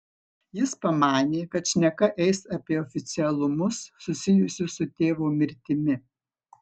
jis pamanė kad šneka eis apie oficialumus susijusius su tėvo mirtimi